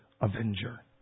avenger